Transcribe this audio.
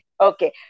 okay